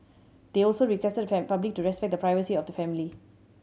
they also requested the public to respect the privacy of the family